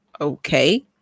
okay